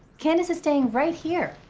candace is staying right here.